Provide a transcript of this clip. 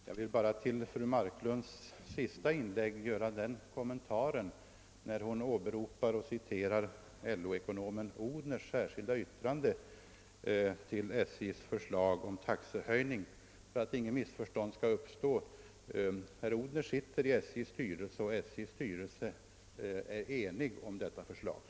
Herr talman! Fru Marklund citerade LO-ekonomen Clas-Erik Odhners särskilda yttrande till SJ:s förslag om taxehöjningar. För att inga missförstånd skall uppstå vill jag nämna att herr Odhner sitter i SJ:s styrelse, som var enig om förslaget.